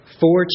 four